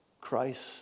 Christ